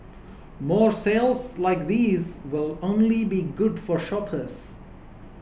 more sales like these will only be good for shoppers